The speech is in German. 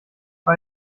bei